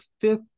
fifth